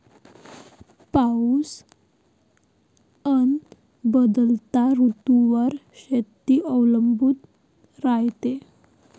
पाऊस अन बदलत्या ऋतूवर शेती अवलंबून रायते